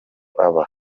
aba